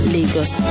Lagos